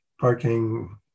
parking